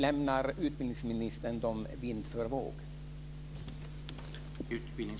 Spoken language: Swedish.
Lämnar utbildningsministern dem vind för våg?